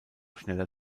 schneller